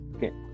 Okay